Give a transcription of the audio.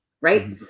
right